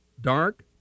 Dark